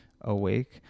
awake